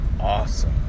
awesome